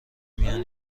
میان